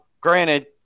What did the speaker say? granted